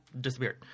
disappeared